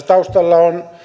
taustalla on